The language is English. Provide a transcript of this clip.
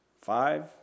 five